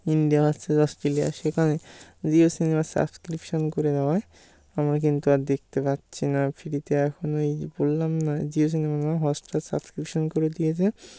India versus Australia সেখানে Jio cinema subscription করে দেওয়ায় আমরা কিন্তু আর দেখতে পাচ্ছি না ফ্রিতে এখন ওই বললাম না জিও সিনেমা নেওয়া হটস্টার সাবস্ক্রিপশন করে দিয়েছে